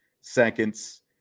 seconds